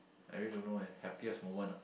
I really don't know eh happiest moment ah